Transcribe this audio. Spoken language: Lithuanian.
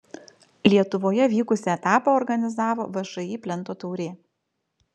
lietuvoje vykusį etapą organizavo všį plento taurė